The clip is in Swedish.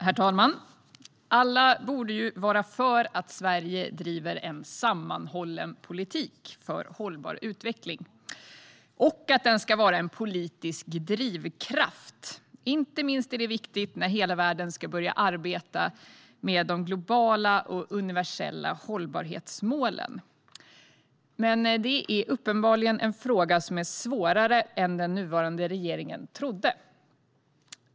Herr talman! Alla borde vara för att Sverige driver en sammanhållen politik för hållbar utveckling och att den ska vara en politisk drivkraft. Inte minst är det viktigt när hela världen ska börja arbeta med de globala och universella hållbarhetsmålen. Men det är uppenbarligen en fråga som är svårare än den nuvarande regeringen trodde.